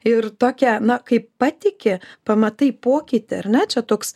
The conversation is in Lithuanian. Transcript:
ir tokią na kai patiki pamatai pokytį ar ne čia toks